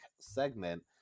segment